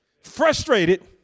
frustrated